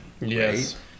yes